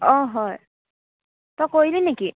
অঁ হয় তই কৰিলি নেকি